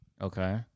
Okay